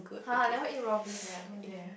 [huh] I never eat raw beef eh I don't dare